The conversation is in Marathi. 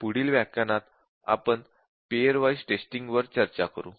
पुढील व्याख्यानात आपण पेअर वाइज़ टेस्टिंग वर चर्चा करू